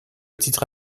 titre